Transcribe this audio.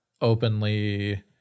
openly